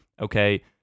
okay